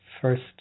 first